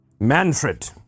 Manfred